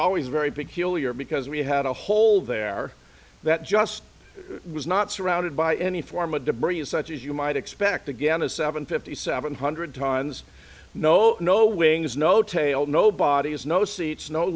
always very peculiar because we had a hole there that just was not surrounded by any form of debris as such as you might expect again a seven fifty seven hundred tons no no wings no tail no body has no seats no